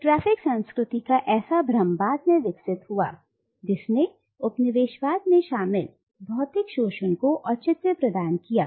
एक ट्रैफिक संस्कृति का ऐसा भ्रम बाद में विकसित हुआ जिसने उपनिवेशवाद में शामिल भौतिक शोषण को औचित्य प्रदान किया